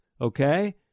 Okay